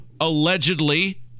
allegedly